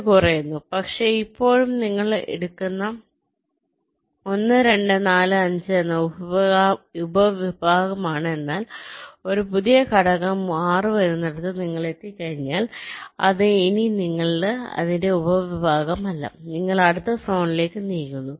ഇത് കുറയുന്നു പക്ഷേ ഇപ്പോഴും ഇത് നിങ്ങൾ എടുക്കുന്ന 1 2 4 5 എന്ന ഉപവിഭാഗമാണ് എന്നാൽ ഒരു പുതിയ ഘടകം 6 വരുന്നിടത്ത് നിങ്ങൾ എത്തിക്കഴിഞ്ഞാൽ അത് ഇനി ഇതിന്റെ ഉപവിഭാഗമല്ല നിങ്ങൾ അടുത്ത സോണിലേക്ക് നീങ്ങുന്നു